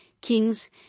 kings